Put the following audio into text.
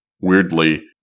Weirdly